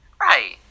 Right